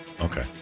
Okay